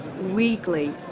Weekly